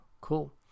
cool